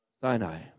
Sinai